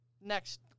Next